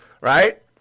Right